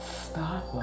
stop